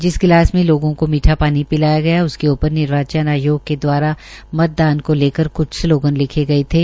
जिस गिलास में लोगों को मीठा पानी पिलाया गया उसके ऊपर निर्वाचन आयोग के द्वारा मतदान को लेकर क्छ स्लोगन लिखे गए थे